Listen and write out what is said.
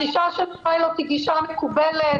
הגישה של פיילוט היא גישה מקובלת,